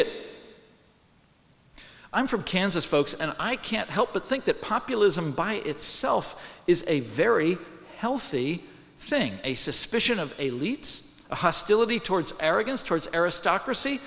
it i'm from kansas folks and i can't help but think that populism by itself is a very healthy thing a suspicion of elites a hostility towards arrogance towards aristocracy